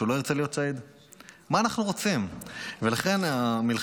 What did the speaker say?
שהוא לא ירצה להיות שהיד?